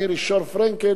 מירי פרנקל-שור,